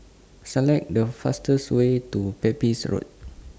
Select The fastest Way to Pepys Road